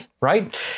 Right